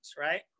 right